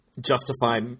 justify